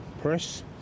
press